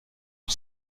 sur